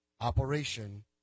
Operation